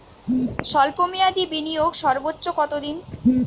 স্বল্প মেয়াদি বিনিয়োগ সর্বোচ্চ কত দিন?